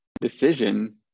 decision